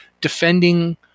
defending